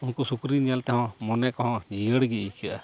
ᱩᱱᱠᱩ ᱥᱩᱠᱨᱤ ᱧᱮᱞ ᱛᱮᱦᱚᱸ ᱢᱚᱱᱮ ᱠᱚᱦᱚᱸ ᱡᱤᱭᱟᱹᱲ ᱜᱮ ᱟᱹᱭᱠᱟᱹᱜᱼᱟ